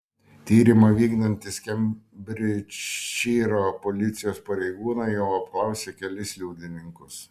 tyrimą vykdantys kembridžšyro policijos pareigūnai jau apklausė kelis liudininkus